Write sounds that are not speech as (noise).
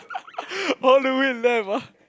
(laughs) all the way left ah